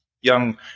young